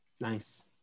Nice